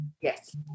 Yes